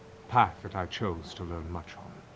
path that i chose to learn much on.